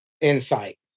insight